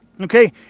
Okay